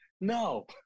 no